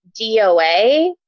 doa